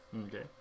okay